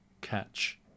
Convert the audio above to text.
catch